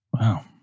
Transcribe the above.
Wow